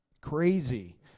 crazy